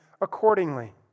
accordingly